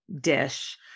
dish